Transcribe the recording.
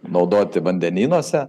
naudoti vandenynuose